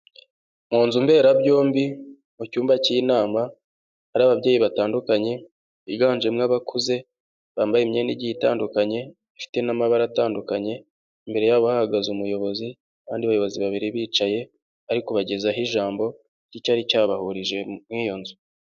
Mu nzu mberabyombi, mu cyumba k'inama, hari ababyeyi batandukanye, biganjemo abakuze, bambaye imyenda igiye itandukanye ifite n'amabara atandukanye, imbere yabo hahagaze umuyobozi, abandi bayobozi babiri bicaye, bari kubageza aho ijambo ry'icyari cyabahurije muri iyo nzu.